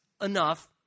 enough